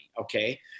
Okay